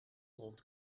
rond